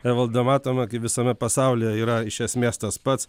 evalda matoma kaip visame pasaulyje yra iš esmės tas pats